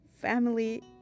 family